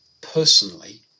personally